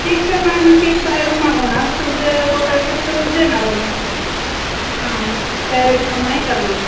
cake तर ना आम्ही केक बाहेरून मागवणार तो जर ऑर्डर असेल तर देणार आम्ही हां त्या रेटप्रमाणे करणार